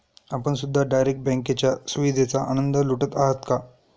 आपण सुद्धा डायरेक्ट बँकेच्या सुविधेचा आनंद लुटत आहात का?